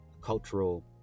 cultural